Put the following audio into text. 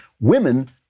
Women